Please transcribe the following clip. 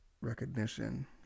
recognition